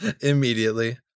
Immediately